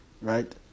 Right